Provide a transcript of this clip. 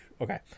okay